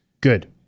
Good